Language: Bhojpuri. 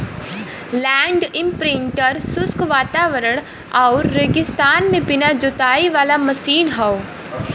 लैंड इम्प्रिंटर शुष्क वातावरण आउर रेगिस्तान में बिना जोताई वाला मशीन हौ